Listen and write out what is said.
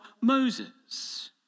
Moses